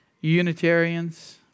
Unitarians